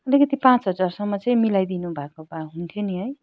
अलिकति पाँच हजारसम्म चाहिँ मिलाई दिनुभएको भए हुन्थ्यो नि है